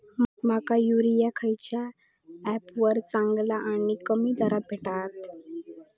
माका युरिया खयच्या ऍपवर चांगला आणि कमी दरात भेटात?